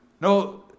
No